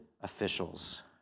officials